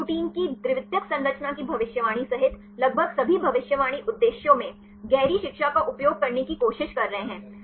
वे protein की द्वितीयक संरचना की भविष्यवाणी सहित लगभग सभी भविष्यवाणी उद्देश्यों में गहरी शिक्षा का उपयोग करने की कोशिश कर रहे हैं